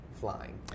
flying